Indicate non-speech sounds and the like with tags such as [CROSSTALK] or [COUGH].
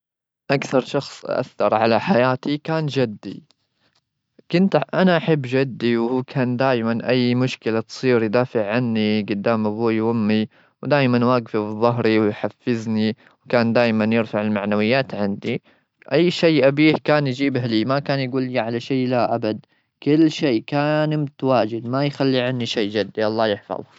[NOISE] أكثر شخص أثر على حياتي كان جدي. كنت أنا أحب جدي وهو كان دايما، أي مشكلة تصير، يدافع عني جدام أبوي وأمي. ودايما واقف في ظهري ويحفزني. وكان دايما يرفع المعنويات عندي. أي شي أبيه كان يجيبه لي، ما كان يقول لي على شي لا أبد. كل شي كان متواجد، ما يخلي عني شيء. جدي الله يحفظه.